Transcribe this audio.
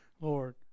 Lord